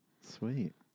sweet